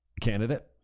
candidate